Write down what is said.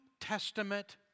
Testament